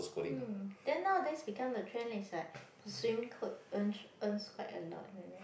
hmm then nowadays become the trend is like swimming coat earn earns quite a lot you know